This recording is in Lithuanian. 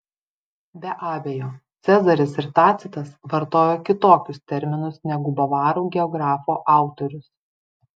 be abejo cezaris ir tacitas vartojo kitokius terminus negu bavarų geografo autorius